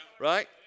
right